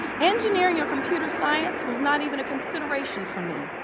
engineering or computer science was not even a consideration for me.